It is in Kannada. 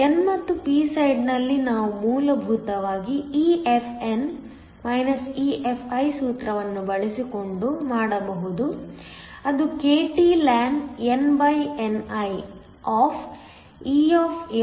n ಮತ್ತು p ಸೈಡ್ನಲ್ಲಿ ನಾವು ಮೂಲಭೂತವಾಗಿ EFn EFi ಸೂತ್ರವನ್ನು ಬಳಸಿಕೊಂಡು ಮಾಡಬಹುದು ಅದು kT ln nni kTln pni